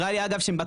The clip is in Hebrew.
אגב,